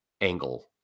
angle